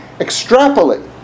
extrapolate